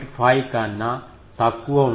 5 కన్నా తక్కువ ఉండాలి మనం 0